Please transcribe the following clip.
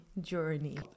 journey